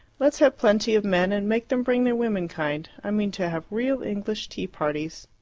let's have plenty of men and make them bring their womenkind. i mean to have real english tea-parties.